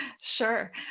Sure